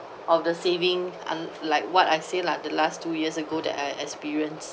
of the saving and like what I say like the last two years ago that I experience